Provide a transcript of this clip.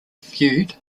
viewed